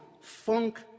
funk